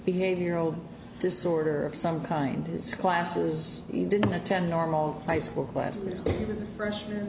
behavioral disorder of some kind his classes you didn't attend normal high school classes he was a freshman